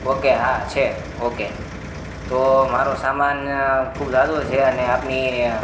okay હા છે okay તો મારો સામાન ખૂબ ઝાઝો છે અને આપની